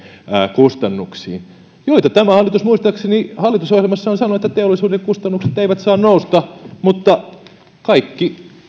kustannuksiin joista tämä hallitus muistaakseni hallitusohjelmassaan sanoi että teollisuuden kustannukset eivät saa nousta kaikki